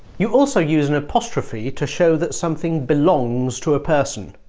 you also use an apostrophe to show that something belongs to a person